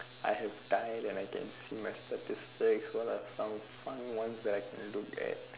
I have died and I can see my statistics what are some fun ones that I can look at